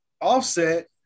Offset